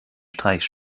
streich